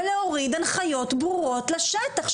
ולהוריד הנחיות ברורות לשטח,